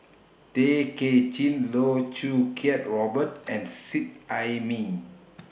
Tay Kay Chin Loh Choo Kiat Robert and Seet Ai Mee